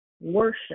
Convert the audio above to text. worship